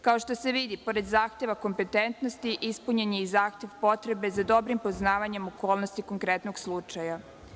Kao što se vidi, pored zahteva kompetentnosti, ispunjen je i zahtev potrebe za dobrim poznavanjem okolnosti konkretnog slučaja.